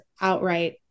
outright